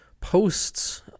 Posts